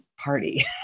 party